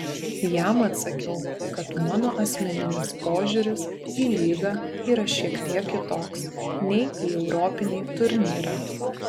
jam atsakiau kad mano asmeninis požiūris į lygą yra šiek tiek kitoks nei į europinį turnyrą